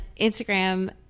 Instagram